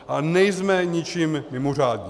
Ale nejsme ničím mimořádní.